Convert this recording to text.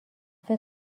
فکر